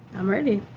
i'm ready.